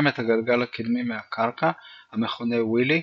את הגלגל הקדמי מהקרקע בתמרון המכונה "וילי",